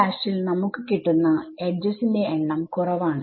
ൽ നമുക്ക് കിട്ടുന്ന എഡ്ജസിന്റെ എണ്ണം കുറവാണ്